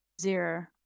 Zero